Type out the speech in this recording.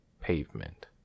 pavement